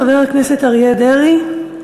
חבר הכנסת אריה דרעי.